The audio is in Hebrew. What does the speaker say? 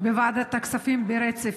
בוועדת הכספים ברצף.